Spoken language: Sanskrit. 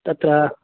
तत्र